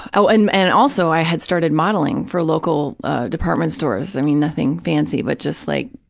oh, and and also, i had started modeling for local department stores, i mean, nothing fancy, but just like,